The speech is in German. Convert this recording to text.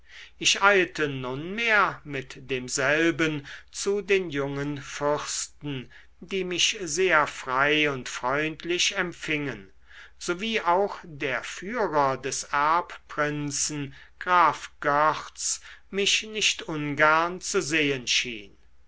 ich eilte nunmehr mit demselben zu den jungen fürsten die mich sehr frei und freundlich empfingen so wie auch der führer des erbprinzen graf görtz mich nicht ungern zu sehen schien